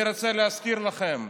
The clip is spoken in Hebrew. אני רוצה להזכיר לכם: